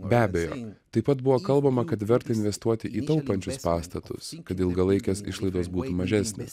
be abejo taip pat buvo kalbama kad verta investuoti į taupančius pastatus kad ilgalaikės išlaidos būtų mažesnės